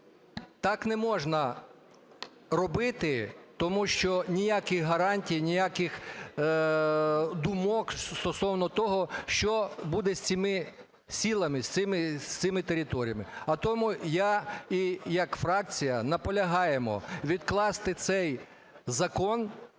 так не можна робити, тому що ніяких гарантій, ніяких думок стосовно того, що буде з цими селами, з цими територіями. А тому я, як і фракція, наполягаю відкласти цей закон,